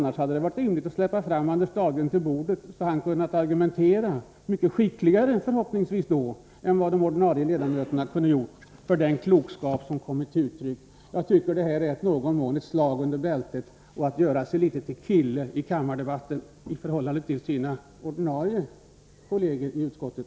Det hade varit rimligt att släppa fram honom till bordet så att han kunnat argumentera — förhoppningsvis mycket skickligare än de ordinarie ledamöterna — för den klokskap som här kommit till uttryck. Jag tycker att detta i någon mån är ett slag under bältet och ett försök att göra sig litet till ”kille” i kammardebatten i förhållande till sina kolleger som är ordinarie ledamöter i utskottet.